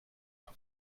for